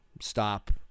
stop